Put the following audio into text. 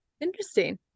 Interesting